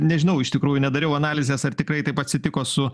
nežinau iš tikrųjų nedariau analizės ar tikrai taip atsitiko su